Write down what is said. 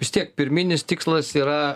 vis tiek pirminis tikslas yra